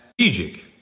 Strategic